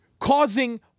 Causing